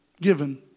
given